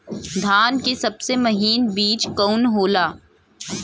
धान के सबसे महीन बिज कवन होला?